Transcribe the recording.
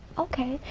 okay,